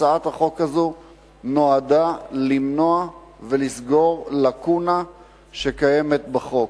הצעת החוק הזו נועדה למנוע ולסגור לקונה שקיימת בחוק.